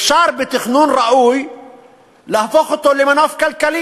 אפשר בתכנון ראוי להפוך אותו למנוף כלכלי.